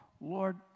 Lord